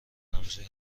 رمزی